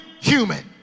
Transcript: human